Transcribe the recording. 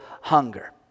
hunger